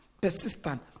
persistent